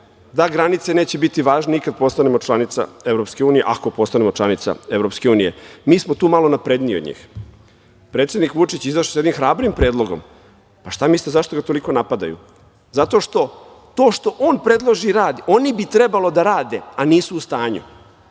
da granice neće biti važne ni kada postanemo članica EU, ako postanemo članica EU. Mi smo tu malo napredniji od njih. Predsednik Vučić je izašao sa jednim hrabrim predlogom. Šta mislite zašto ga toliko napadaju? Zato što to što on predloži i radi oni bi trebali da radi, a nisu u stanju,